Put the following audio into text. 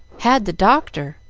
had the doctor.